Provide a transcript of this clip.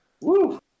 Woo